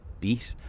beat